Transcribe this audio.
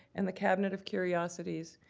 and the cabinet of curiosities,